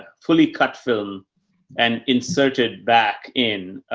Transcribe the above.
fully cut film and inserted back in,